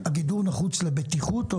הגידור נחוץ לבטיחות?